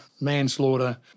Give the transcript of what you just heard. manslaughter